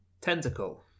Tentacle